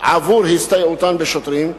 עבור הסתייעותן בשוטרים.